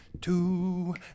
Two